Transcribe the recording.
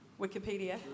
Wikipedia